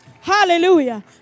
hallelujah